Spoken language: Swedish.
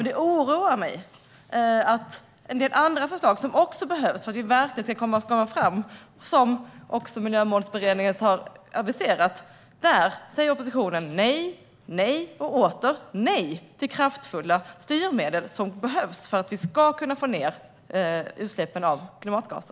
Det oroar mig att när det gäller en del andra förslag som också behövs för att vi verkligen ska komma framåt, som även Miljömålsberedningen har aviserat, säger oppositionen nej, nej och åter nej, exempelvis till kraftfulla styrmedel för att minska utsläppen av klimatgaser.